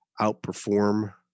outperform